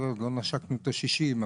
גם נשקנו את ה-60.